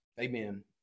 Amen